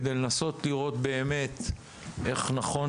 כדי לנסות לראות באמת איך נכון,